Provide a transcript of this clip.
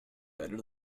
better